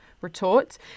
retort